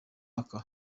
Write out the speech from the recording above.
maka